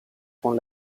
con